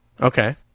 Okay